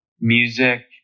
Music